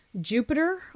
jupiter